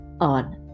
on